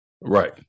Right